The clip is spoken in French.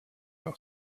par